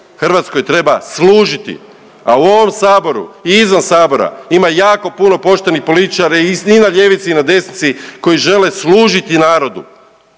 Hrvatskoj treba služiti, a u ovom saboru i izvan sabora ima jako puno poštenih političara i svi na ljevici i na desnici koji žele služiti narodu,